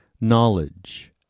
knowledge